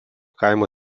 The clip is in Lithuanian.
kaimo